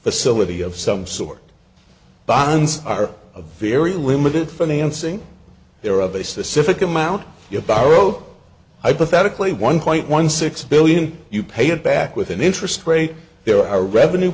facility of some sort bonds are a very limited financing there of a specific amount you borrowed i pathetically one point one six billion you paid back with an interest rate there are revenue